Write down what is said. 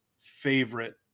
favorite